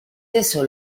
eso